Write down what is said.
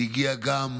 והגיע גם